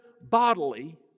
bodily